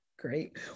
Great